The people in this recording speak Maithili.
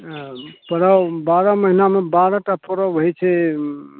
आब परब बारह महिनामे बारह टा परब होइ छै